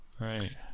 Right